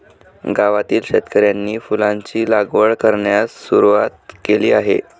गावातील शेतकऱ्यांनी फुलांची लागवड करण्यास सुरवात केली आहे